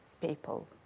people